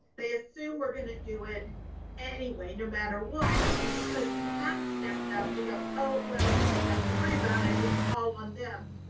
they assume we're gonna do it anyway, no matter what. and because we have stepped up, they go well, we don't have to worry about it. it's all on them.